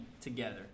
together